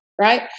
Right